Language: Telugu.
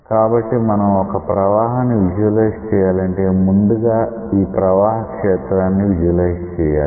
కాబట్టి మనం ఒక ప్రవాహాన్ని విజువలైజ్ చెయ్యాలంటే ముందుగా ఈ ప్రవాహ క్షేత్రాన్ని విజువలైజ్ చెయ్యాలి